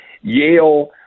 Yale